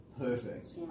Perfect